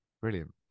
Brilliant